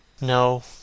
No